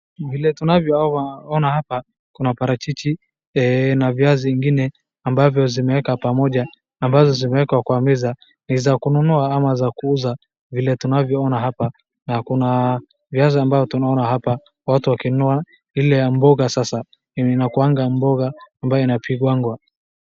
Vile tunavyo ona hapa kuna parachichi na viazi zingine ambavyo zimewekwa pamoja ambazo zimewekwa kwa meza ni za kununu ama za kuuza vile tunaona hapa. Na kuna viazi ambayo tumeona hapa watu wakinunua vile mboga sasa vile inakuanga mboga ambayo inapikangwa.